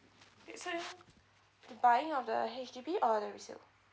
so you are buying of the H_D_B or the resale